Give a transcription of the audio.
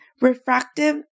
Refractive